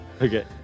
Okay